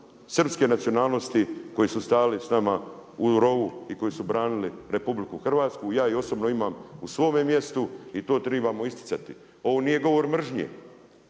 srpske nacionalnosti koji su stajali s nama u rovu i koji su branili RH, ja ih osobno imamo u svome mjestu, i to trebamo isticati. Ovo nije govor mržnje